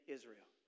Israel